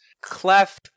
Clef